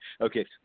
Okay